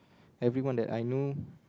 everyone that I know